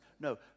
No